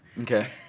Okay